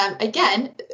again